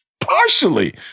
partially